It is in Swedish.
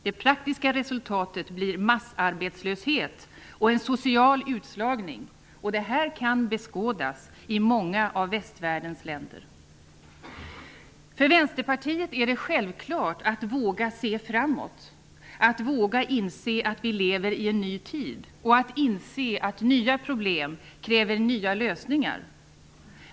Det praktiska resultatet blir massarbetslöshet och en social utslagning. Det här kan beskådas i många av västvärldens länder. För Vänsterpartiet är det självklart att våga se framåt, att våga inse att vi lever i en ny tid och att inse att nya problem kräver nya lösningar.